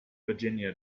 virginia